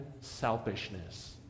selfishness